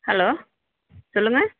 hello சொல்லுங்கள்